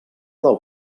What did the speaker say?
del